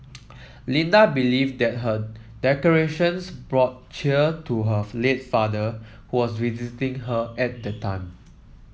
Linda believed that her decorations brought cheer to her